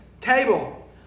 table